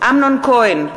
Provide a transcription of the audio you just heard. אמנון כהן,